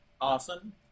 Awesome